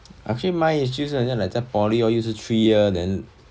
actually mine is 就是好像在 poly lor 就是 three year then